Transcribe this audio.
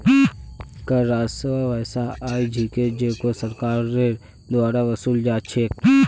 कर राजस्व वैसा आय छिके जेको सरकारेर द्वारा वसूला जा छेक